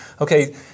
okay